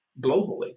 globally